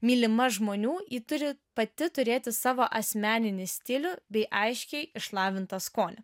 mylima žmonių ji turi pati turėti savo asmeninį stilių bei aiškiai išlavintą skonį